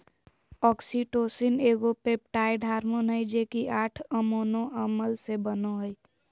oxytocin एगो peptide hormone हइ जे कि आठ अमोनो अम्ल से बनो हइ